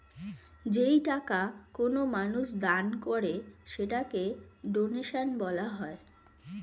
যেই টাকা কোনো মানুষ দান করে সেটাকে ডোনেশন বলা হয়